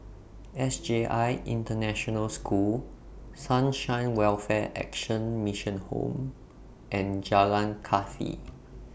S J I International School Sunshine Welfare Action Mission Home and Jalan Kathi